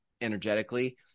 energetically